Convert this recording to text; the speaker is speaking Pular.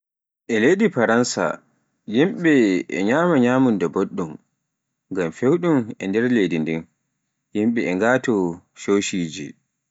e leydi Faransa yimbe e nyama nyamunda boɗɗum, ngam fewdum ɗer leydi ndin, yimbe e ghaato cocije.